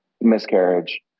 miscarriage